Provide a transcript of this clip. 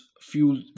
fuel